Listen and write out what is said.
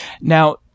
Now